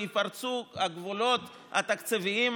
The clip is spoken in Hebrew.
וייפרצו הגבולות התקציביים,